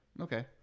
Okay